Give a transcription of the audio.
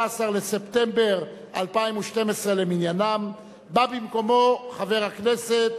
16 בספטמבר 2012 למניינם, בא במקומו חבר הכנסת